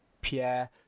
Pierre